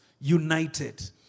united